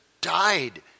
died